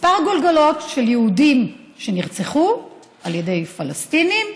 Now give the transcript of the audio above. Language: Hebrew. מספר גולגולות של יהודים שנרצחו על ידי פלסטינים,